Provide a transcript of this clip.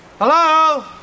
Hello